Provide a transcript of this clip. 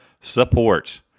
support